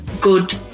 good